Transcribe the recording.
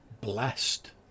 blessed